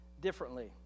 differently